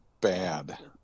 bad